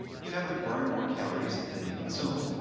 you have to burn more calories than you consume.